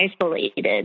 isolated